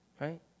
Right